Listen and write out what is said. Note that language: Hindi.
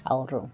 और